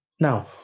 Now